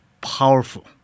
powerful